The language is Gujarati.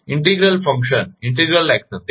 ઇન્ટિગ્રલ ફંકશનકાર્ય ઇન્ટિગ્રલ એક્શનક્રિયા